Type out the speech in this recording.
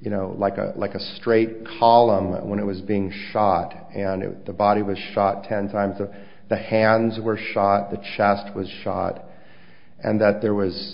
you know like a like a straight column when it was being shot and the body was shot ten times that the hands were shot the chest was shot and that there was